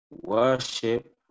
worship